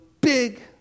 big